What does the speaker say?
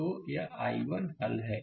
तो यह i1 हल है